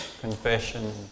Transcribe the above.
confession